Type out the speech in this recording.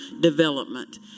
development